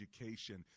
education